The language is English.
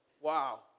wow